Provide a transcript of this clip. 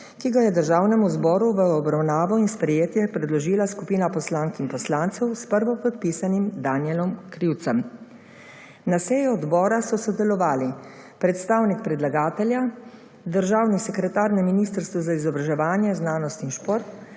ki ga je Državnemu zboru v obravnavo in sprejetje predložila skupina poslank in poslancev s prvopodpisanim Danijelom Krivcem. Na seji odbora so sodelovali predstavnik predlagatelja, državni sekretar na Ministrstvu za izobraževanje, znanost in šport